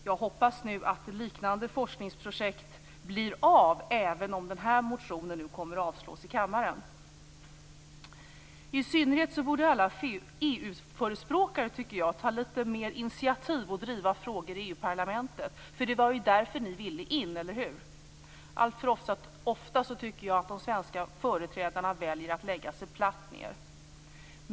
Jag hoppas nu att liknande forskningsprojekt blir av, även om den här motionen kommer att avslås i kammaren. I synnerhet borde alla EU-förespråkare ta litet mer initiativ vad gäller att driva frågor i EU-parlamentet. Det var ju därför ni ville gå med i EU, eller hur? Alltför ofta tycker jag att de svenska företrädarna väljer att lägga sig platt.